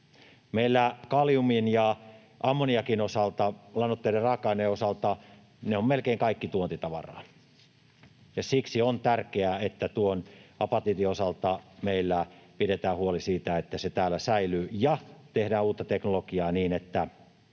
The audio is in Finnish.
Meillä kaliumin ja ammoniakin osalta lannoitteiden raaka-aineina ne ovat melkein kaikki tuontitavaraa, ja siksi on tärkeää, että tuon apatiitin osalta meillä pidetään huoli, että se täällä säilyy ja saadaan aikaan uutta teknologiaa, niin että